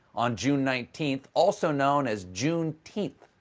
on june nineteen, also known as juneteenth,